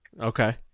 Okay